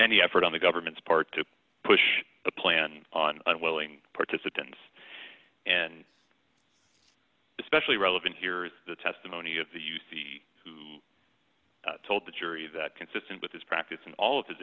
any effort on the government's part to push a plan on unwilling participants and especially relevant here is the testimony of the you see who told the jury that consistent with his practice in all of his